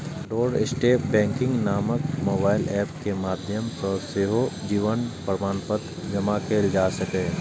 doorstep banking नामक mobile app के माध्यम सं सेहो जीवन प्रमाणपत्र जमा कैल जा सकैए